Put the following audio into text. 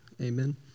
Amen